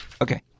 Okay